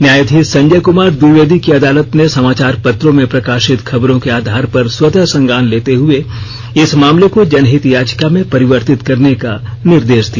न्यायधीश संजय क्मार दिवेदी की अदालत ने समाचार पत्रों में प्रकाशित खबरों के आधार पर स्वतः संज्ञान लेते हुए इस मामले को जनहित याचिका में परिवर्तित करने का निर्देश दिया